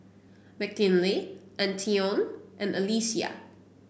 Mckinley Antione and Alesia